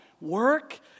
Work